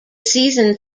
season